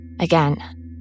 Again